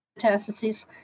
metastases